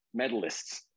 medalists